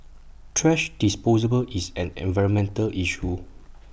thrash disposal ball is an environmental issue